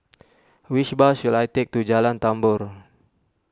which bus should I take to Jalan Tambur